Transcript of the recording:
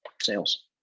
sales